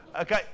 Okay